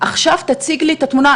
עכשיו תציג לי את התמונה,